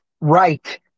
Right